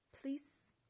please